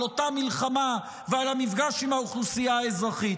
אותה מלחמה ועל המפגש עם האוכלוסייה האזרחית.